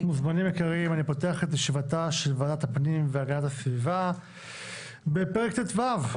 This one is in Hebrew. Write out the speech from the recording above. אני פותח את ישיבתה של ועדת הפנים והגנת הסביבה בפרק טו',